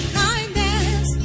kindness